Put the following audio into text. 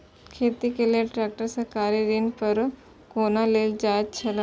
खेती के लेल ट्रेक्टर सरकारी ऋण पर कोना लेल जायत छल?